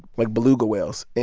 like, beluga whales